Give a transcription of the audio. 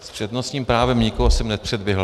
S přednostním právem nikoho jsem nepředběhl.